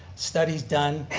studies done,